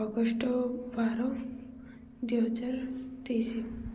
August ବାର ଦୁଇହଜାର ତେଇଶି